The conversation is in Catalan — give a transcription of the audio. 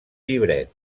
llibret